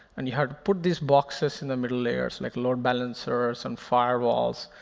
and you have to put these boxes in the middle layers, like load balancers and firewalls.